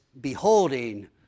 beholding